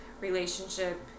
relationship